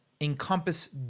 encompass